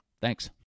Thanks